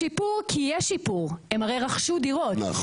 לא,